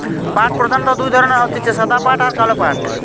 পাট প্রধানত দুই ধরণের হতিছে সাদা পাট আর কালো পাট